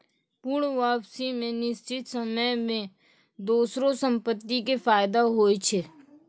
पूर्ण वापसी मे निश्चित समय मे दोसरो संपत्ति के फायदा होय छै